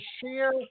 share